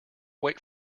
wait